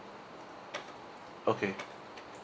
okay